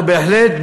אנחנו בהחלט,